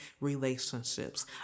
relationships